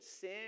sin